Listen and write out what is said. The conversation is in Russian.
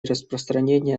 распространения